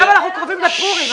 אמנם אנחנו קרובים לפורים,